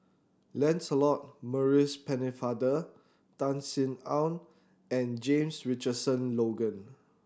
Lancelot Maurice Pennefather Tan Sin Aun and James Richardson Logan